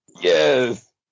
Yes